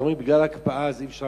אז אומרים: בגלל ההקפאה אי-אפשר